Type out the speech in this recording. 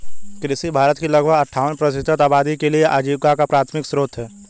कृषि भारत की लगभग अट्ठावन प्रतिशत आबादी के लिए आजीविका का प्राथमिक स्रोत है